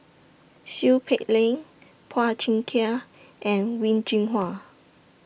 Seow Peck Leng Phua Thin Kiay and Wen Jinhua